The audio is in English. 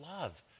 love